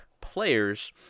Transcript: players